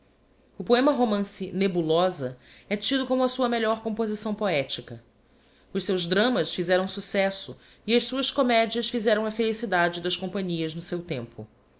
o poema romance nebulosa é tido como a sua melhor composição poética os seus dramas fizeram successo e as suas comedias fizeram a felicidade das companhias no seu tempo